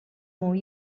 more